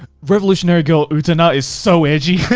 revolutionary girl utena is so edgy.